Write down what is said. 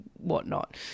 whatnot